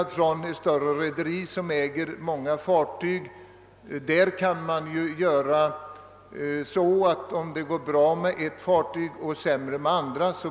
I ett större rederi som äger många fartyg blir det ju en utjämning i vinsthänseende, om det går bra med ett fartyg och sämre med andra.